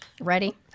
Ready